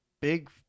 big